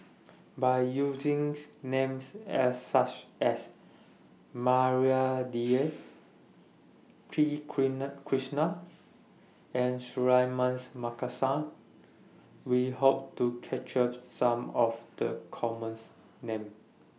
By using Names such as Maria Dyer P Krishnan and Suratman Markasan We Hope to capture Some of The Common Names